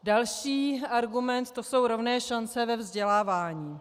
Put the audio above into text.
Další argument, to jsou rovné šance ve vzdělávání.